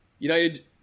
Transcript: United